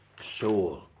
soul